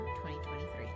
2023